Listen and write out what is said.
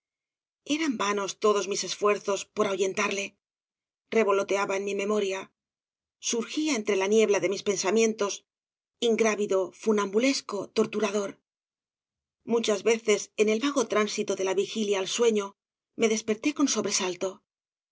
eran vanos todos mis esfuerzos por ahuyentarle revoloteaba en mi memoria surgía entre la niebla de mis pensamientos ingrávido funambulesco torturador muchas veces en el vago tránsito de la vigilia al sueño me desperté con sobresalto